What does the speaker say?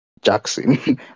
Jackson